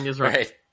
right